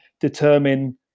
determine